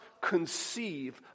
conceive